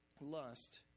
lust